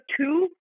two